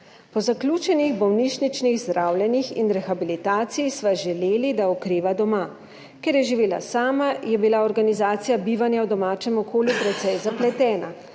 Po zaključenih bolnišničnih zdravljenjih in rehabilitaciji sva želeli, da okreva doma. Ker je živela sama, je bila organizacija bivanja v domačem okolju precej zapletena.